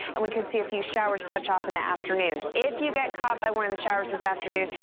and we could see a few showers touch off in the afternoon if you get caught by one of the showers this afternoon,